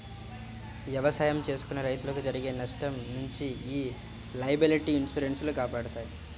ఎవసాయం చేసుకునే రైతులకు జరిగే నష్టం నుంచి యీ లయబిలిటీ ఇన్సూరెన్స్ లు కాపాడతాయి